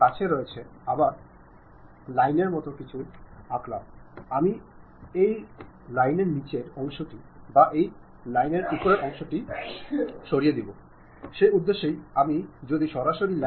കൂടാതെ ഇതിനെ ഉപയോഗിക്കുകയാണെങ്കിൽ ഇതിന്റെ ഉപയോഗം നിരസിക്കുകയോ അപകീർത്തിപ്പെടുതുകയോ ഓർഗനൈസേഷന് മോശം ഇമേജ് സൃഷ്ടിക്കുകയോ പാടില്ല